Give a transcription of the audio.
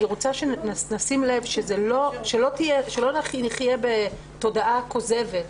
אני רוצה שנשים לב שלא נחיה בתודעה כוזבת,